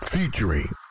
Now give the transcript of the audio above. Featuring